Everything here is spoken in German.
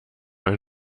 ein